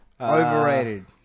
Overrated